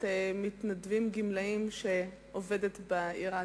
מתנדבים גמלאים שעובדת בעיר העתיקה,